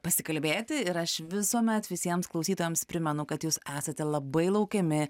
pasikalbėti ir aš visuomet visiems klausytojams primenu kad jūs esate labai laukiami